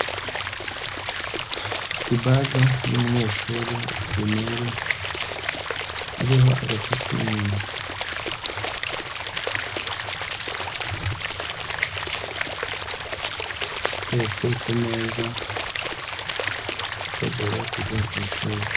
Ibaga y'umunyeshuro wa pirimeri, iriho agapusi inyuma. Iteretse ku meza, yitegura kujya ku ishuri.